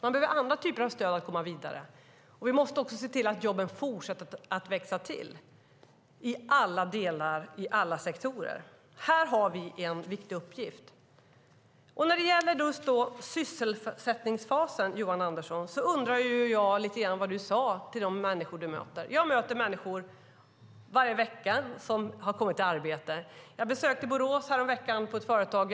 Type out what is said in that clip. Man behöver andra typer av stöd för att komma vidare. Dessutom måste vi se till att antalet jobb fortsätter att växa i alla delar, i alla sektorer. Här har vi en viktig uppgift. När det gäller sysselsättningsfasen, Johan Andersson, undrar jag lite grann vad du säger till de människor du möter. Jag möter varje vecka människor som har kommit i arbete. Jag besökte ett företag i Borås häromveckan.